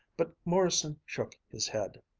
but morrison shook his head,